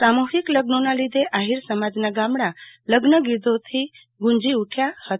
સામાજિક લગ્નોના લીધે આફીર સમાજના ગામડા લગ્નગીતીઓથી ગુંજી ઉઠ્યા હતા